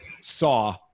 saw